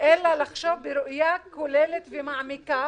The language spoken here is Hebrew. אלא לחשוב בראייה כוללת ומעמיקה